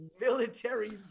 military